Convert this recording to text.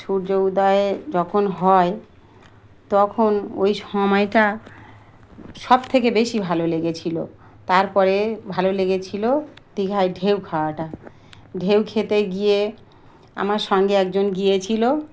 সূর্য উদয়ে যখন হয় তখন ওই সময়টা সবথেকে বেশি ভালো লেগেছিলো তারপরে ভালো লেগেছিল দীঘায় ঢেউ খাওয়াটা ঢেউ খেতে গিয়ে আমার সঙ্গে একজন গিয়েছিল